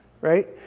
right